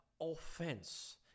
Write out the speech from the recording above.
offense